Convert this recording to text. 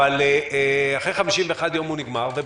אבל אחרי 51 יום הוא נגמר.